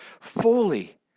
fully